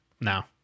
now